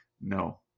No